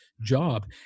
job